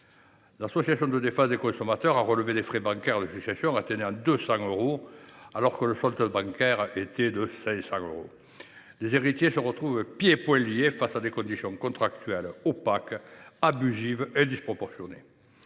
L’association de défense des consommateurs a relevé des frais bancaires de succession atteignant 200 euros, alors que le solde du compte bancaire était de 500 euros. Les héritiers se retrouvent pieds et poings liés face à des conditions contractuelles opaques, abusives et disproportionnées.